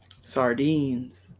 Sardines